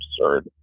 absurd